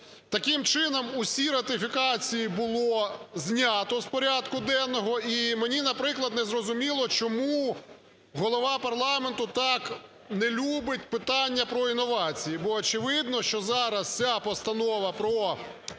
Таким чином усі ратифікації було знято з порядку денного. І мені, наприклад, незрозуміло, чому Голова парламенту так не любить питання про інновації. Бо очевидно, що зараз ця постанова про проведення